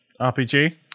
RPG